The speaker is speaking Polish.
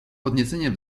podniecenie